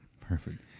Perfect